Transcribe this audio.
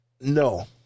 No